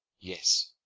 yes,